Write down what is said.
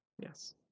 Yes